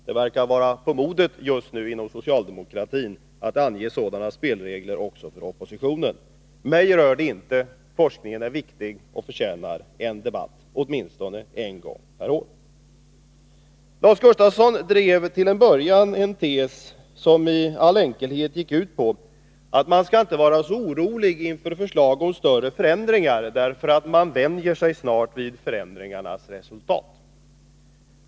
Det verkar vara på modet just nu inom socialdemokratin att ange sådana spelregler också för oppositionen. Mig rör det inte. Forskningen är viktig, och den förtjänar en debatt åtminstone en gång per år. Lars Gustafsson drev till en början en tes, som i all enkelhet gick ut på att man inte skall vara så orolig inför förslag om större förändringar, eftersom man snart vänjer sig vid förändringarnas resultat.